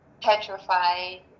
petrified